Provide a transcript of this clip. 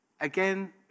Again